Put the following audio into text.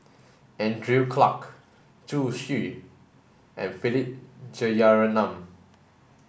Andrew Clarke Zhu Xu and Philip Jeyaretnam